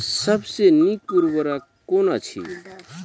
सबसे नीक उर्वरक कून अछि?